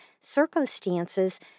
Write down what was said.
circumstances